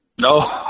No